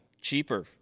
cheaper